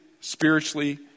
spiritually